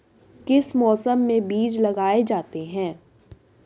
किस मौसम में बीज लगाए जाते हैं?